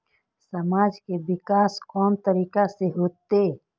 समाज के विकास कोन तरीका से होते?